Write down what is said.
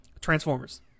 Transformers